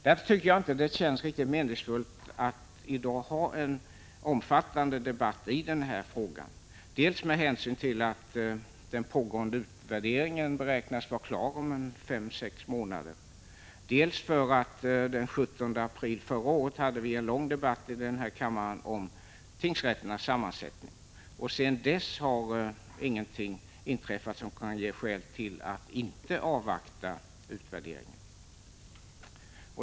Därför tycker jag inte att det känns meningsfullt att i dag ha en omfattande debatt i den här frågan, dels med hänsyn till att den pågående utvärderingen beräknas vara klar inom 5—6 månader, dels därför att vi den 17 april förra året hade en lång debatt i den här kammaren om tingsrätternas sammansättning. Sedan dess har ingenting inträffat som kan ge skäl till att inte avvakta utvärderingen.